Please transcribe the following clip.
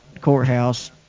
courthouse